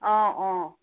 অঁ অঁ